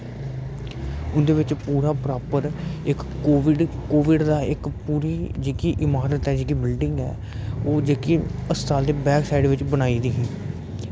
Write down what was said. उं'दे बिच इक पूरा प्रापर इक कोविड कोविड दा इक पूरी जेह्की इमारत ऐ जेह्की बिल्डिंग ऐ ओह् जेह्की अस्पताल दे बैक साईड़ बिच बनाई दी ही